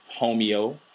homeo